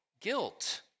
guilt